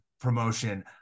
promotion